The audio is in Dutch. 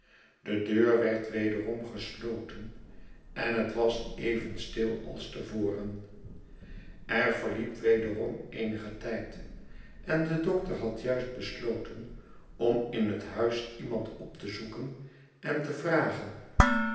de deur werd wederom gesloten en het was even stil als te voren er verliep wederom eenige tijd en de dokter had juist besloten om in het huis iemand op te zoeken en te vragen